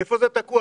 איפה זה תקוע?